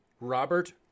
Robert